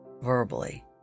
verbally